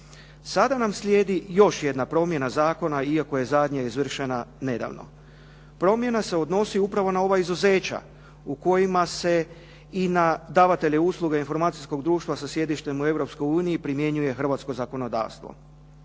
Sada nam slijedi još jedna promjena zakona, iako je zadnja izvršena nedavno. Promjena se odnosi upravo na ova izuzeća u kojima se i na davatelje usluga informacijskog društva sa sjedištem u Europskoj uniji primjenjuje hrvatsko zakonodavstvo.